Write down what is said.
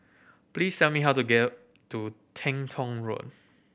please tell me how to get to Teng Tong Road